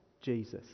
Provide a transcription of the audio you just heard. Jesus